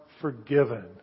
forgiven